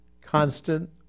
constant